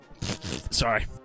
Sorry